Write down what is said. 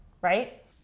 right